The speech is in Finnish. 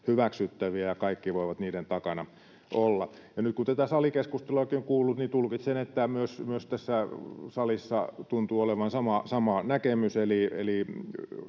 hyväksyttäviä, ja kaikki voivat niiden takana olla. Ja nyt kun tätä salikeskusteluakin on kuullut, niin tulkitsen, että myös tässä salissa tuntuu olevan sama näkemys.